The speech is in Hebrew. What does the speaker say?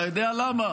אתה יודע למה?